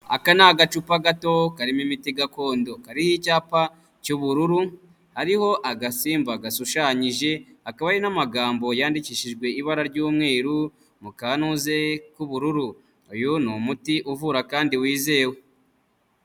Aka ni agacupa gato karimo imiti gakondo, kariho icyapa cy'ubururu, hariho agasimba gashushanyije, hakaba hari n'amagambo yandikishijwe ibara ry'umweru mu kanuze k'ubururu. Uyu ni umuti uvura kandi wizewe.